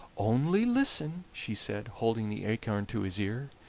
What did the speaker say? only listen, she said, holding the acorn to his ear.